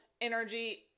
energy